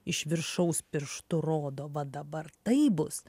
iš viršaus pirštu rodo va dabar taip bus